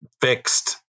fixed